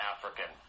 African